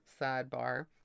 Sidebar